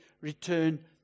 return